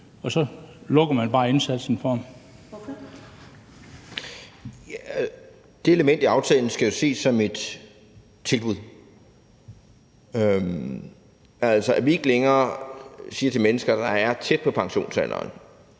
Kl. 14:08 Hans Andersen (V): Det element i aftalen skal jo ses som et tilbud; altså, at vi ikke længere siger til mennesker, der er tæt på pensionsalderen,